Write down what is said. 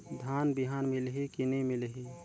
धान बिहान मिलही की नी मिलही?